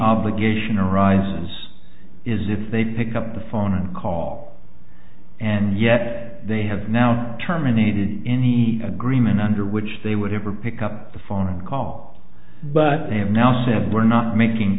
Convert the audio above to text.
obligation arises is if they pick up the phone call and yet they have now terminated any agreement under which they would ever pick up the phone call but they have now said we're not making